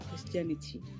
christianity